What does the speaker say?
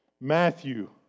Matthew